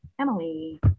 Emily